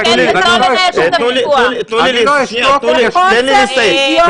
לא אשתוק --- זה חוסר שוויון משווע.